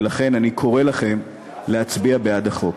ולכן אני קורא לכם להצביע בעד החוק.